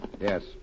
Yes